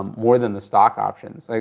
more than the stock options. like